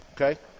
Okay